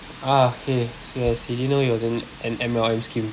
ah okay so yes he didn't know he was in an M_L_M's scheme